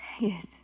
Yes